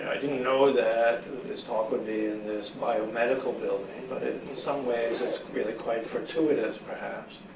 i didn't know that this talk would be in this biomedical building. but in some ways, it's really quite fortuitous, perhaps.